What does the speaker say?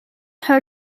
her